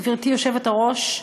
גברתי היושבת-ראש,